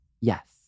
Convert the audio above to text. Yes